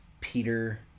Peter